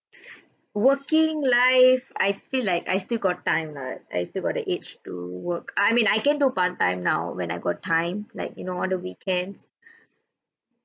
working life I feel like I still got time lah I still got the age to work I mean I can do part-time now when I got time like you know on the weekends